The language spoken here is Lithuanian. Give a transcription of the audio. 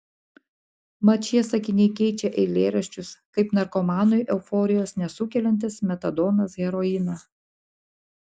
mat šie sakiniai keičia eilėraščius kaip narkomanui euforijos nesukeliantis metadonas heroiną